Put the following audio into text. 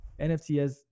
NFTS